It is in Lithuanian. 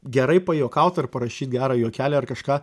gerai pajuokaut ar parašyt gerą juokelį ar kažką